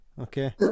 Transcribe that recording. okay